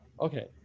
Okay